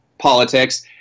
Politics